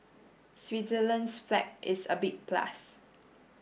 Switzerland's flag is a big plus